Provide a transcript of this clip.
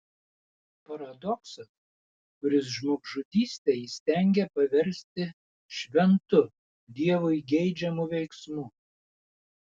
paradoksas kuris žmogžudystę įstengia paversti šventu dievui geidžiamu veiksmu